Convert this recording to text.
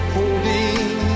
Holding